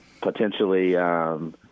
potentially –